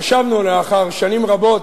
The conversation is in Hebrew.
חשבנו, לאחר שנים רבות,